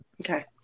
okay